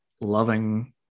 loving